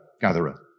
gatherer